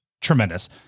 tremendous